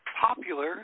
popular